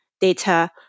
data